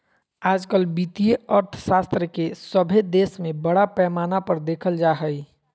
आजकल वित्तीय अर्थशास्त्र के सभे देश में बड़ा पैमाना पर देखल जा हइ